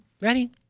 Ready